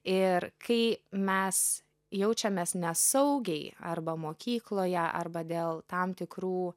ir kai mes jaučiamės nesaugiai arba mokykloje arba dėl tam tikrų